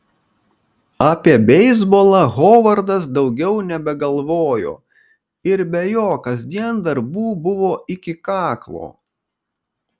apie beisbolą hovardas daugiau nebegalvojo ir be jo kasdien darbų buvo iki kaklo